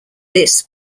this